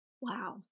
Wow